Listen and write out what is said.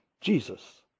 Jesus